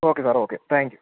okay സാറേ okay thank U